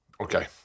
Okay